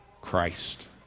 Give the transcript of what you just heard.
Christ